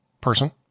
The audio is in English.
person